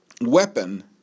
weapon